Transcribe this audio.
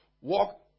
Walk